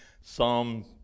Psalm